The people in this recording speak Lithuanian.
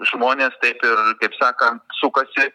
žmonės taip ir taip sakant sukasi